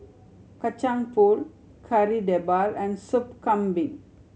Kacang Pool Kari Debal and Soup Kambing